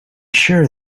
sure